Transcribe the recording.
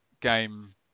Game